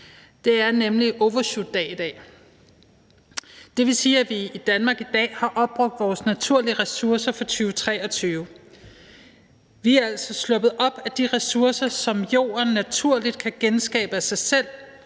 Det er nemlig overshootdag i dag. Det vil sige, at vi i Danmark i dag har opbrugt vores naturlige ressourcer for 2023. De ressourcer, som jorden naturligt kan genskabe af sig selv,